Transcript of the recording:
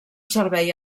servei